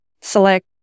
select